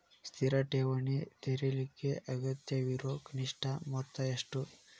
ಸ್ಥಿರ ಠೇವಣಿ ತೆರೇಲಿಕ್ಕೆ ಅಗತ್ಯವಿರೋ ಕನಿಷ್ಠ ಮೊತ್ತ ಎಷ್ಟು?